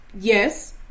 Yes